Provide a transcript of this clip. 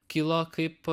kilo kaip